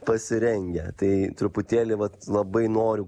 pasirengę tai truputėlį vat labai noriu